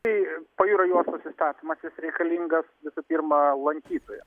tai pajūrio juostos įstatymas jis reikalingas visų pirma lankytoją